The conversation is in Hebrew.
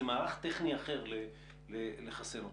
זה מערך טכני אחר לחסן אותה.